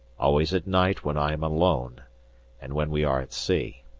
always at night when i am alone and when we are at sea.